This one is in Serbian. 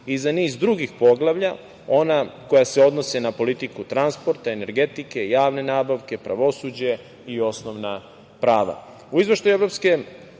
za niz drugih poglavlja, ona koja se odnose na politiku transporta, energetike, javne nabavke, pravosuđe i osnovna prava.U